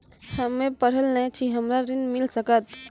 हम्मे पढ़ल न छी हमरा ऋण मिल सकत?